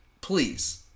please